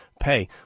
pay